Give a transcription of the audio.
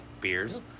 beers